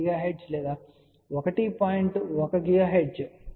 8 GHz లేదా 1